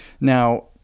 Now